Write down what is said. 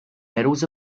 medals